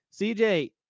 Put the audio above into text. CJ